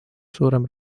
suurem